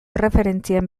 erreferentzien